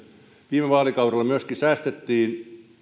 viime vaalikaudella myöskin säästettiin